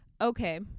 Okay